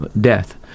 death